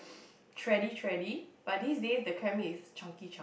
thready thready but these days the crab meat is chunky chunky